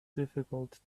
difficult